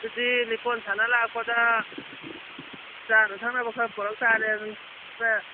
ꯑꯗꯨꯗꯤ ꯂꯤꯛꯀꯣꯟ ꯁꯥꯟꯅ ꯂꯥꯛꯄꯗ ꯆꯥꯅ ꯊꯛꯅꯕ ꯈꯔ ꯄꯨꯔꯛꯄ ꯇꯥꯔꯦ ꯑꯗꯨꯅꯤ